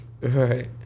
right